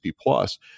plus